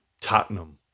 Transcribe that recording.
Tottenham